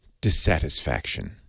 dissatisfaction